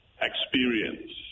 experience